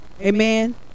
Amen